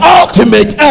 ultimate